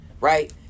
right